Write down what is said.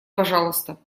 пожалуйста